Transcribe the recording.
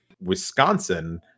Wisconsin